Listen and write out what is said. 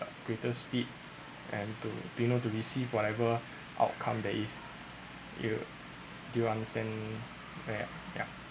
greater speed and to you know to receive whatever outcome that is you do you understand where ya